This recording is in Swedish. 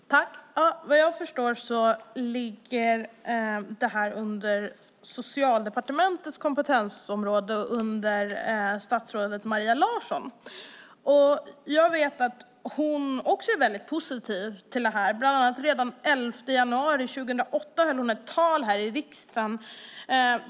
Fru talman! Vad jag förstår ligger det här under Socialdepartementets kompetensområde och under statsrådet Maria Larsson. Jag vet att hon också är väldigt positiv till det här. Redan den 11 januari 2008 höll hon ett tal här i riksdagen.